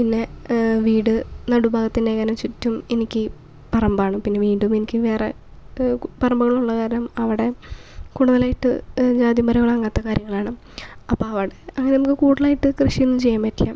പിന്നെ വീട് നടുഭാഗത്തിനെ അങ്ങനെ ചുറ്റും എനിക്ക് പറമ്പാണ് പിന്നെ വീണ്ടും എനിക്ക് വേറെ പറമ്പുകളുള്ള കാരണം അവിടെ കൂടുതലായിട്ട് അതിർ വരമ്പുകള് അങ്ങനത്തെ കാര്യങ്ങളെല്ലാം വേണം അപ്പൊ അവിടെ അങ്ങനെ നമുക്ക് കൂടുതലായിട്ട് കൃഷിയൊന്നും ചെയ്യാൻ പറ്റില്ല